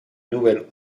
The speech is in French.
nouvelle